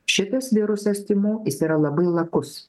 šitas virusas tymų jis yra labai lakus